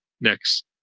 next